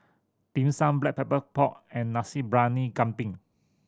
Dim Sum Black Pepper Pork and Nasi Briyani Kambing